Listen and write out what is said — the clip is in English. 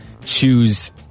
choose